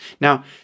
Now